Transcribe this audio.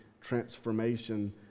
transformation